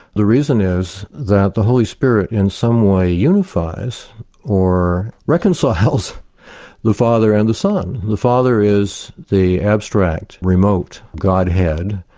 the reason is that the holy spirit in some way unifies or reconciles the father and the son. the father is the abstract remote godhead,